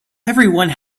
everyone